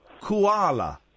koala